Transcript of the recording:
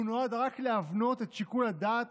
והוא נועד רק להבנות את שיקול הדעת